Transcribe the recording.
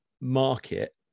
market